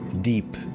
deep